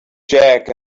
jack